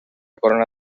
corona